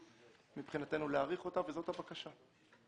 אנחנו מבקשים להאריך אותה וזאת הבקשה.